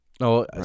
No